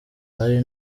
hari